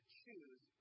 choose